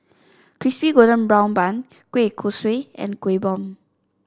Crispy Golden Brown Bun Kueh Kosui and Kueh Bom